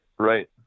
Right